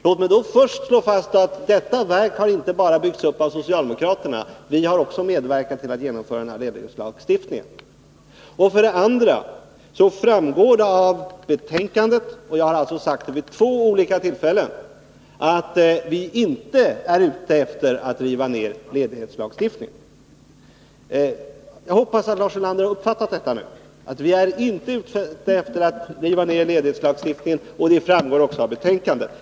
Låt mig först slå fast att det verket inte har byggts upp bara av socialdemokraterna— vi har också medverkat till att genomföra ledighetslagstiftningen. Vidare framgår det av betänkandet — och jag har dessutom sagt det vid två olika tillfällen — att vi inte är ute efter att riva ned ledighetslagstiftningen. Jag hoppas att Lars Ulander nu har uppfattat detta. Vi är inte ute efter att riva ner ledighetslagstiftningen! Det framgår också av betänkandet.